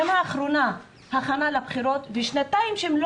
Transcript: שנה אחרונה הכנה לבחירות ושנתיים שלא